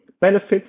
benefits